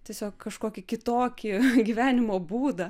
tiesiog kažkokį kitokį gyvenimo būdą